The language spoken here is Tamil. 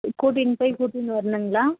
கூட்டின்னு போய் கூட்டின்னு வரணுங்களா